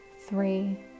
three